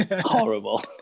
horrible